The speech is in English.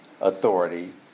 authority